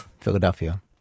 Philadelphia